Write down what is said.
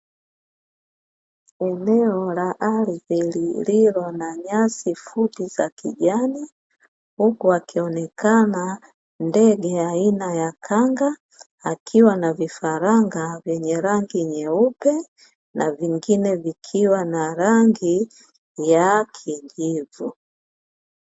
Eneo la ardhi lillilo na nyasi fupi za kijani huku akionekana ndege aina ya kanga akiwa na vifaranga vyenye rangi nyeupe na vingine vikiwa na rangi ya kijivu.